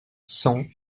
cent